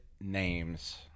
names